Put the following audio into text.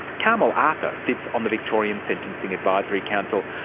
carmel arthur sits on the victorian sentencing advisory council,